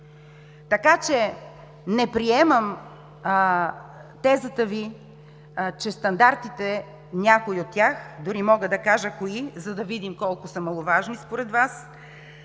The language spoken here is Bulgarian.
Така че не приемам тезата Ви, че стандартите, някои от тях, дори мога да кажа кои, за да видим колко са маловажни според Вас,